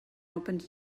opened